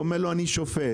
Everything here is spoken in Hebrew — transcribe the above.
הוא ענה: אני שופט.